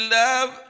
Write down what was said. love